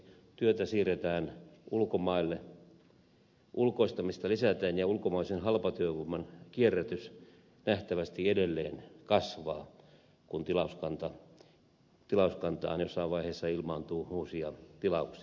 työtä siirretään ulkomaille ulkoistamista lisätään ja ulkomaisen halpatyövoiman kierrätys nähtävästi edelleen kasvaa kun tilauskantaan jossain vaiheessa ilmaantuu uusia tilauksia